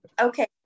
okay